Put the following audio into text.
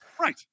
Right